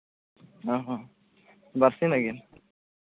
ᱦᱮᱸ ᱦᱮᱸ ᱵᱟᱨᱥᱤᱧ ᱞᱟᱹᱜᱤᱫ